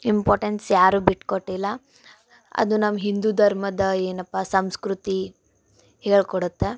importance ಯಾರು ಬಿಟ್ಕೊಟ್ಟಿಲ್ಲ ಅದು ನಾವು ಹಿಂದೂ ಧರ್ಮದ ಏನಪ್ಪ ಸಂಸ್ಕೃತಿ ಹೇಳ್ಕೊಡುತ್ತೆ